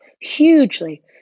Hugely